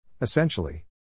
Essentially